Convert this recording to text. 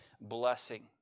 blessing